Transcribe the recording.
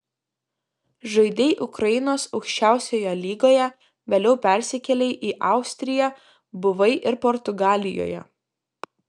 žaidei ukrainos aukščiausioje lygoje vėliau persikėlei į austriją buvai ir portugalijoje